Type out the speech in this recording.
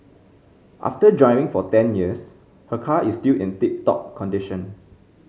after driving for ten years her car is still in tip top condition